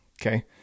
Okay